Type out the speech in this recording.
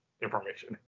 information